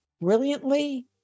brilliantly